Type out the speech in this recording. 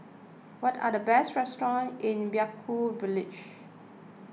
what are the best restaurants in Vaiaku Village